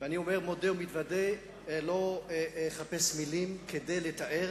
אני מודה ומתוודה, לא אחפש מלים כדי לתאר